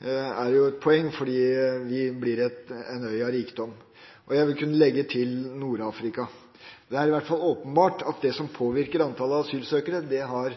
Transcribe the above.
er det jo et poeng, fordi vi blir en øy av rikdom – og jeg vil kunne legge til: asylsøkere fra Nord-Afrika. Det er i hvert fall åpenbart at det som påvirker antallet asylsøkere, har